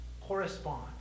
correspond